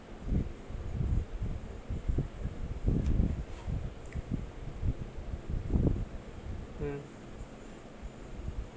mm